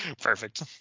Perfect